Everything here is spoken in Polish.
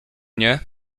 nie